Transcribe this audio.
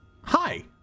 Hi